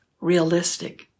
realistic